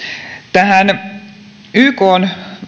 tähän ykn